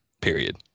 Period